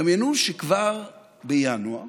דמיינו שכבר בינואר